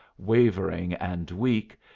wavering and weak,